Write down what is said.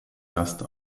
gast